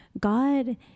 God